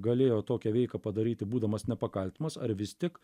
galėjo tokią veiką padaryti būdamas nepakaltinamas ar vis tik